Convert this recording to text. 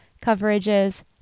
coverages